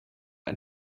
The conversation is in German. ein